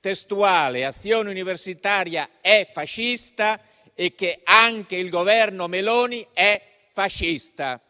testualmente, che Azione Universitaria è fascista e che anche il Governo Meloni è fascista.